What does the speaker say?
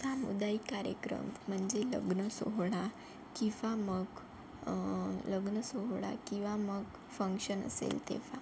सामुदायिक कार्यक्रम म्हणजे लग्नसोहळा किंवा मग लग्नसोहळा किंवा मग फंक्शन असेल तेव्हा